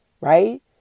right